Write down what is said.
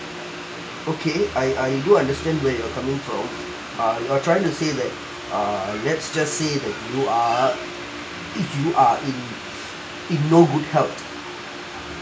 okay I I do understand where you're coming from uh you are trying to say that uh let's just say that you are it you are in in no good health